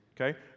Okay